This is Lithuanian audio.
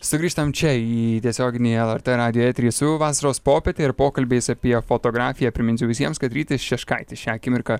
sugrįžtam čia įį tiesioginį lrt radijo eterį su vasaros popiete ir pokalbiais apie fotografiją priminsiu visiems kad rytis šeškaitis šią akimirką